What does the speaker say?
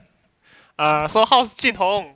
ah so how's jun hong